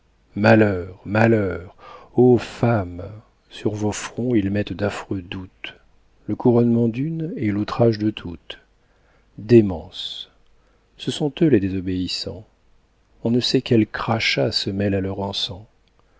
malheur malheur ô femmes sur vos fronts ils mettent d'affreux doutes le couronnement d'une est l'outrage de toutes démence ce sont eux les désobéissants on ne sait quel crachat se mêle à leur encens